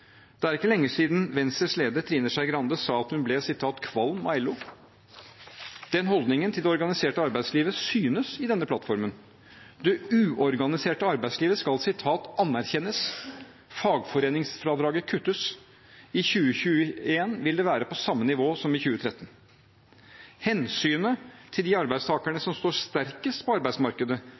Det er ikke lenge siden Venstres leder, Trine Skei Grande, sa at hun ble «kvalm av LO». Den holdningen til det organiserte arbeidslivet synes i denne plattformen. Det uorganiserte arbeidslivet skal «anerkjennes». Fagforeningsfradraget kuttes – i 2021 vil det være på samme nivå som i 2013. Hensynet til de arbeidstakerne som står sterkest på arbeidsmarkedet,